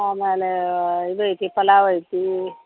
ಆಮೇಲೇ ಇದು ಐತಿ ಪಲಾವ್ ಐತಿ